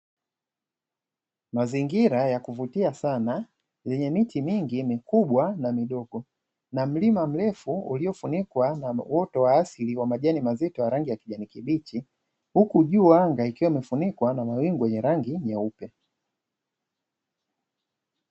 Mazingira ya kuvutia sana yenye miti mingi, mikubwa na midogo na mlima mrefu uliofunikwa na uwoto wa asili wenye rangi ya kijani kibichi, huku juu ya anga ikiwa imefunikwa na mawingu meupe.